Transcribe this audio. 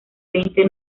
veinte